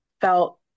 felt